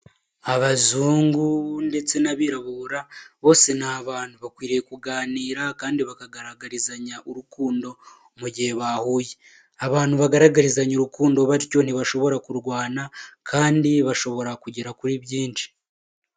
Abazungu ndetse n'abirabura bose ni abantu, bakwiriye kuganira kandi bakagaragarizanya urukundo mu gihe bahuye, abantu bagaragarizanya urukundo batyo ntibashobora kurwana kandi bashobora kugera kuri byinshi.